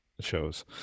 shows